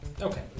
Okay